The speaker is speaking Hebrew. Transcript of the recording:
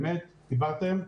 באמת, דיברתם,